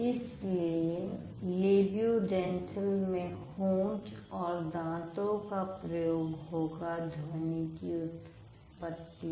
इसलिए लेब्योडेंटल में हॉट और दांतो का प्रयोग होगा ध्वनि की उत्पत्ति में